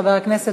חבר הכנסת,